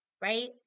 right